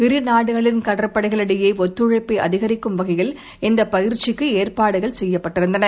இரு நாடுகளின் கடற்படைகளிடையே ஒத்துழைப்பை அதிகரிக்கும் வகையில் இந்தப் பயிற்சிக்கு ஏற்பாடுகள் செய்யப்பட்டிருந்தன